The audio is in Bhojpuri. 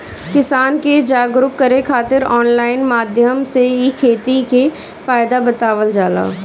किसान के जागरुक करे खातिर ऑनलाइन माध्यम से इ खेती के फायदा बतावल जाला